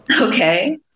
Okay